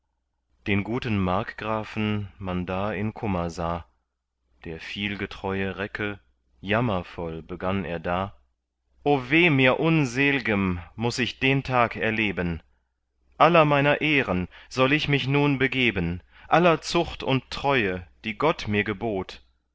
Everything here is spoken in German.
den guten markgrafen man da in kummer sah der vielgetreue recke jammervoll begann er da o weh mir unselgem muß ich den tag erleben aller meiner ehren soll ich mich nun begeben aller zucht und treue die gott mir gebot